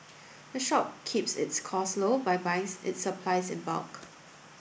the shop keeps its costs low by buying its supplies in bulk